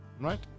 Right